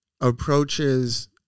approaches